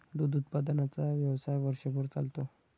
दूध उत्पादनाचा व्यवसाय वर्षभर चालतो